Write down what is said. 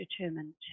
determined